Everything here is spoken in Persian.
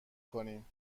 کنیم